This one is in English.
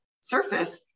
surface